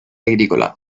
agrícola